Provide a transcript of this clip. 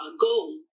goal